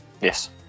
Yes